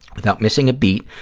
without missing a beat,